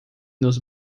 nos